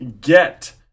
get